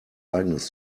eigenes